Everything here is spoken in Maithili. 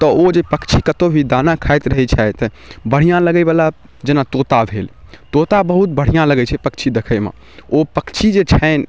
तऽ ओ जे पक्षी कतहु भी दाना खाइत रहैत छथि बढ़िआँ लगैवला जेना तोता भेल तोता बहुत बढ़िआँ लगै छै पक्षी देखैमे ओ पक्षी जे छनि